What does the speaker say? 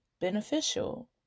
beneficial